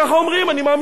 אני מאמין, אני לא כלכלן.